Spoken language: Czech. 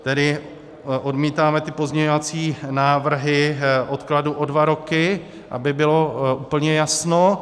Tedy odmítáme ty pozměňovací návrhy odkladu o dva roky, aby bylo úplně jasno.